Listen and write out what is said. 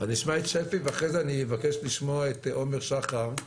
ואחרי זה אני אבקש לשמוע את עומר שחר,